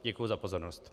Děkuji za pozornost.